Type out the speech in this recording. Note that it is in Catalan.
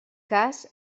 cas